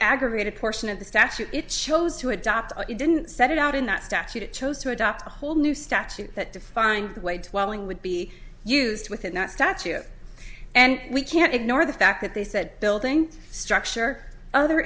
aggravated portion of the statute it chose to adopt it didn't set it out in that statute it chose to adopt a whole new statute that defined the way twelve wing would be used within that statue and we can't ignore the fact that they said building structure other